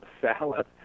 salad